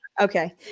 Okay